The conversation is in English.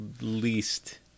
least